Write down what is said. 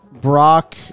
Brock